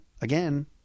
again